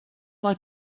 like